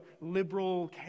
liberal